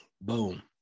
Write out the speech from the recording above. boom